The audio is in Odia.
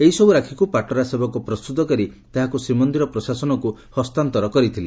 ଏହିସବୁ ରାକ୍ଷୀକୁ ପାଟରା ସେବକ ପ୍ରସ୍ତୁତ କରି ତାହାକୁ ଶ୍ରୀମନ୍ଦିର ପ୍ରଶାସନକୁ ଦେଇଛନ୍ତି